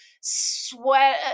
sweat